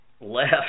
left